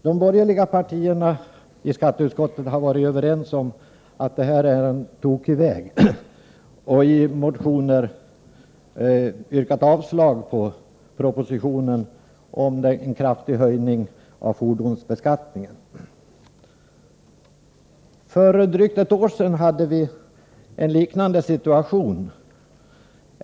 De borgerliga partierna i skatteutskottet har varit överens om att det här är en tokig väg, och de har i motioner yrkat avslag på propositionen om en kraftig höjning av fordonsskatten. För drygt ett år sedan upplevde vi en liknande situation.